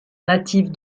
natifs